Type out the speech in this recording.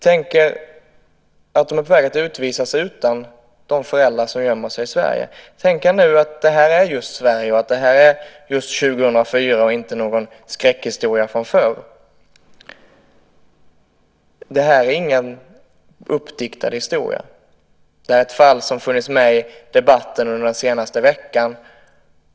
Tänk er att de är på väg att utvisas utan de föräldrar som gömmer sig i Sverige. Tänk er nu att det här är just Sverige och att det här är just 2004 och inte någon skräckhistoria från förr. Det här är ingen uppdiktad historia. Det här är ett fall som har funnits med i debatten den senaste veckan.